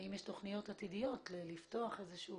האם יש תוכניות עתידיות לפתוח איזשהו